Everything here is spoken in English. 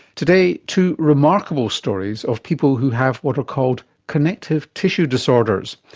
today two remarkable stories of people who have what are called connective tissue disorders.